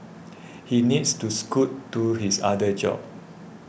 he needs to scoot to his other job